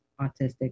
autistic